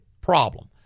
problem